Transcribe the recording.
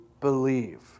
believe